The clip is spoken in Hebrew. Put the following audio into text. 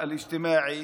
הצדק החברתי,